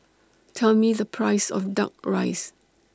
Tell Me The Price of Duck Rice